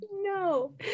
no